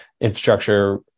Infrastructure